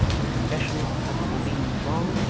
and confession of having been in the wrong,